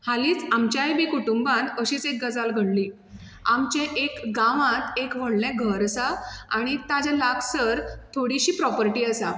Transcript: हालींच आमच्याय बी कुटुंबांत अशीच एक गजाल घडली आमचें एक गांवांत एक व्हडलें घर आसा आनी ताज्या लागसर थोडिशीं प्रॉपर्टी आसा